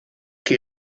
che